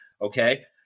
Okay